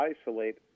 isolate